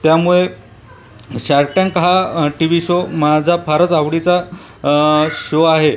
त्यामुळे shark tank हा T V show माझा फारच आवडीचा शो आहे